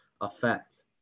effect